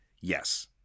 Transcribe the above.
yes